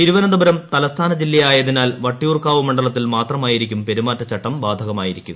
തിരുവനന്തപുരം തലസ്ഥാന ജില്ലയായതിനാൽ വട്ടിയൂർക്കാവ് മണ്ഡലത്തിൽ മാത്രമായിരിക്കും പെരുമാറ്റച്ചട്ടം ബാധകമായിരിക്കുക